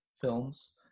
films